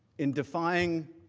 and defying